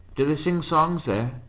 do they sing songs there?